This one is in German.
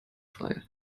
frei